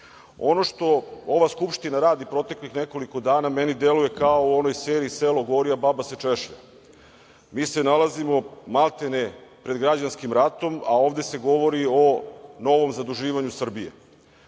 što ova Skupština radi proteklih nekoliko dana meni deluje kao u onoj seriji „Selo gori, a baba se češlja“. Mi se nalazimo maltene pred građanskim ratom, a ovde se govori o novom zaduživanju Srbije.